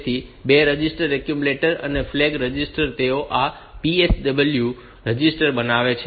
તેથી 2 register accumulator અને flag register તેઓ આ PSW રજિસ્ટર બનાવે છે